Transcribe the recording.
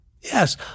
Yes